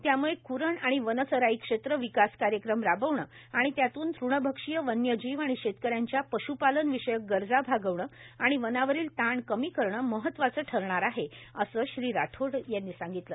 त्यामुळे कुरण आणि वन चराई क्षेत्र विकास कार्यक्रम राबवणे आणि त्यातून तृणभक्षीय वन्यजीव आणि शेतकऱ्यांच्या पश्पालन विषयक गरजा भागवण आणि वनावरील ताण कमी करण महत्वाच ठरणार आहे अस राठोड यांनी सांगितल